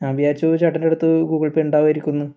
ഞാൻ വിചാരിച്ചു ചേട്ടൻ്റെ അടുത്ത് ഗൂഗിൾ പേ ഉണ്ടാകുവായിരിക്കുമെന്ന്